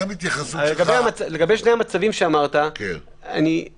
גם התייחסות שלך --- לגבי שני המצבים שאמרת --- כמובן